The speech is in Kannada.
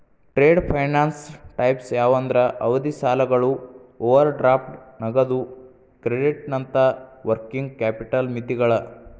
ಟ್ರೇಡ್ ಫೈನಾನ್ಸ್ ಟೈಪ್ಸ್ ಯಾವಂದ್ರ ಅವಧಿ ಸಾಲಗಳು ಓವರ್ ಡ್ರಾಫ್ಟ್ ನಗದು ಕ್ರೆಡಿಟ್ನಂತ ವರ್ಕಿಂಗ್ ಕ್ಯಾಪಿಟಲ್ ಮಿತಿಗಳ